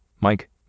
Mike